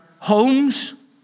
homes